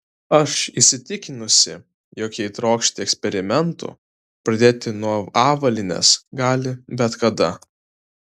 aš įsitikinusi jog jei trokšti eksperimentų pradėti nuo avalynės gali bet kada